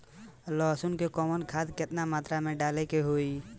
लहसुन में कवन खाद केतना मात्रा में डाले के होई?